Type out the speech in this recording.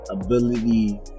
ability